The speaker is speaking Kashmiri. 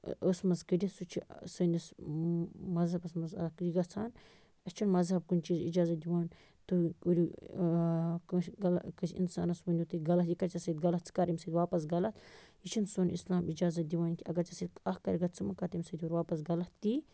ٲسہٕ منٛز کٔڑِتھ سُہ چھُ سٲنِس مَذہبَس منٛز اَکھ یہِ گژھان اَسہِ چھُنہٕ مَذہَب کُنہِ چیٖز اِجازَت دِوان تُہۍ کٔرِو کٲنٛسہِ غلہ کٲنٛسہِ اِنسانَس ؤنِو تُہۍ غلط یہِ کَرِ ژےٚ سۭتۍ غلط ژٕ کَر أمِس سۭتۍ واپَس غلط یہِ چھِنہٕ سون اِسلام اِجازَت دِوان کیٚنٛہہ اَگر ژےٚ سۭتۍ اَکھ کَرِ گہ ژٕ مہٕ کَر تٔمِس سۭتۍ یورٕ واپَس غلط تی